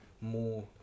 more